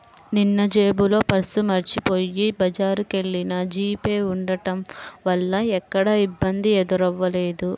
నిన్నజేబులో పర్సు మరచిపొయ్యి బజారుకెల్లినా జీపే ఉంటం వల్ల ఎక్కడా ఇబ్బంది ఎదురవ్వలేదు